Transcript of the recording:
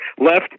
left